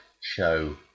show